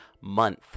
month